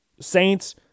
Saints